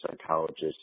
psychologist